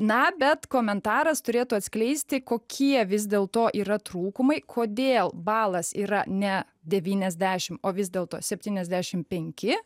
na bet komentaras turėtų atskleisti kokie vis dėlto yra trūkumai kodėl balas yra ne devyniasdešim o vis dėlto septyniasdešim penki